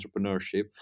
entrepreneurship